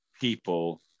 people